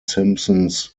simpsons